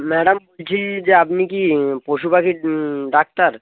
madam বলছি যে আপনি কি পশু পাখির ডাক্তার